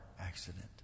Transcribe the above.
accident